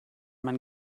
man